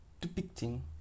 depicting